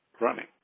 running